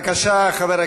חברי